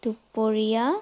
দুপৰীয়া